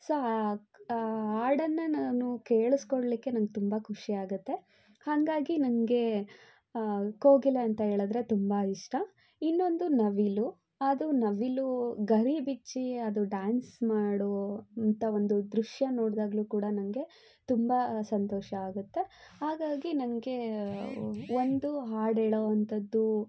so ಆ ಆ ಹಾಡನ್ನ ನಾನು ಕೇಳಿಸಿಕೊಳ್ಲಿಕ್ಕೆ ನನಗ್ ತುಂಬ ಖುಷಿ ಆಗುತ್ತೆ ಹಾಗಾಗಿ ನನಗೆ ಕೋಗಿಲೆ ಅಂತ ಹೇಳದ್ರೆ ತುಂಬ ಇಷ್ಟ ಇನ್ನೊಂದು ನವಿಲು ಅದು ನವಿಲು ಗರಿ ಬಿಚ್ಚಿ ಅದು ಡ್ಯಾನ್ಸ್ ಮಾಡುವಂತ ಒಂದು ದೃಶ್ಯ ನೋಡಿದಾಗ್ಲು ಕೂಡ ನನಗೆ ತುಂಬ ಸಂತೋಷ ಆಗುತ್ತೆ ಹಾಗಾಗಿ ನನಗೆ ಒಂದು ಹಾಡು ಹೇಳೋವಂತದ್ದು